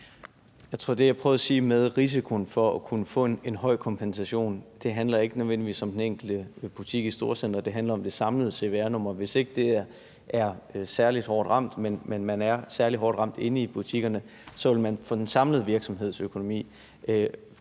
Jeg tror, at det, jeg prøvede at sige om risikoen for at kunne få en høj kompensation, ikke nødvendigvis handler om den enkelte butik i storcenteret. Det handler om det samlede cvr-nummer. Hvis ikke den samlede virksomhed er særlig hårdt ramt, men man er særlig hårdt ramt inde i butikkerne, så vil man for den samlede virksomheds økonomi